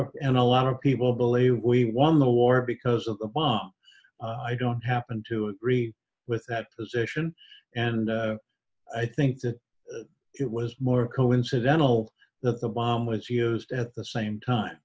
of and a lot of people believe we won the war because of the bomb i don't happen to agree with that position and i think that it was more coincidental that the bomb was used at the same time